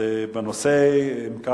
הנושא הוא: